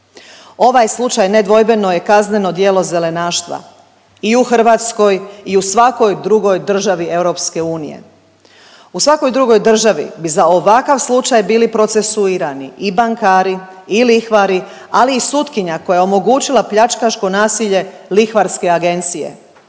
Ovaj slučaj nedvojbeno je kazneno djelo zelenaštva i u Hrvatskoj i u svakoj drugo državi EU. U svakoj drugoj državi bi za ovakav slučaj bili procesuirani i bankari i lihvari, ali i sutkinja koja je omogućila pljačkaško nasilje lihvarske agencije.